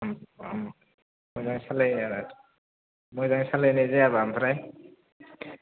उम उम मोजाङै सालायनो रोङाबा ओमफ्राय